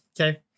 Okay